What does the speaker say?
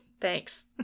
Thanks